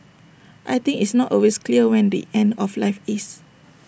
I think it's not always clear when the end of life is